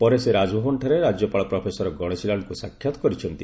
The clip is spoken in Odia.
ପରେ ସେ ରାଜଭବନଠାରେ ରାଜ୍ୟପାଳ ପ୍ରଫେସର ଗଣେଶୀ ଲାଲ୍ଙ୍କୁ ସାକ୍ଷାତ୍ କରିଛନ୍ତି